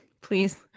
please